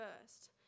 first